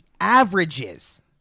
averages